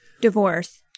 Divorce